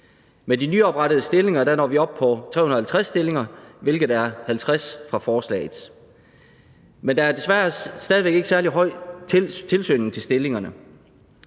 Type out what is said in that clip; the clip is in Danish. Med de nyoprettede stillinger når vi op på 350 stillinger, hvilket er 50 fra forslaget. Men der er desværre stadig væk ikke særlig høj tilsøgning til stillingerne;